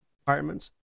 requirements